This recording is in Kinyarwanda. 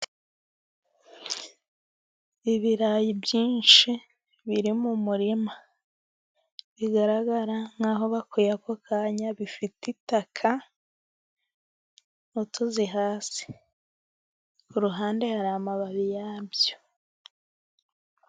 Ibirayi byinshi biri mu murima bigaragara nk'aho bikuwe ako kanya, bifite itaka n'utuzi hasi, ku ruhande hari amababi yabyo.